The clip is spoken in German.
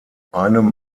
einem